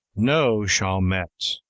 no, chaumette,